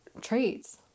traits